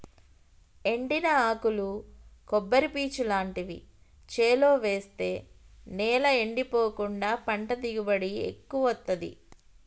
ఎండిన ఆకులు కొబ్బరి పీచు లాంటివి చేలో వేస్తె నేల ఎండిపోకుండా పంట దిగుబడి ఎక్కువొత్తదీ